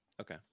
okay